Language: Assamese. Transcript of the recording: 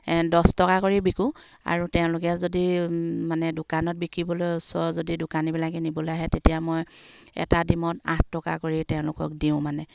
দছ টকা কৰি বিকো আৰু তেওঁলোকে যদি মানে দোকানত বিকিবলৈ ওচৰৰ যদি দোকানীবিলাকে নিবলৈ আহে তেতিয়া মই এটা ডিমত আঠ টকা কৰি তেওঁলোকক দিওঁ মানে